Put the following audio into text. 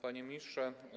Panie Ministrze!